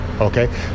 Okay